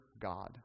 God